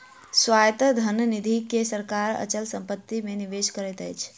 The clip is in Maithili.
स्वायत्त धन निधि के सरकार अचल संपत्ति मे निवेश करैत अछि